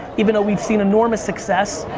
even though we've seen enormous success,